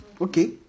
Okay